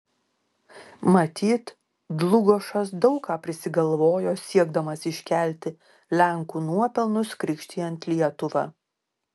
matyt dlugošas daug ką prisigalvojo siekdamas iškelti lenkų nuopelnus krikštijant lietuvą